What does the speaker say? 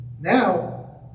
Now